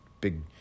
big